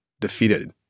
defeated